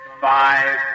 five